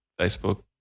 Facebook